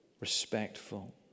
Respectful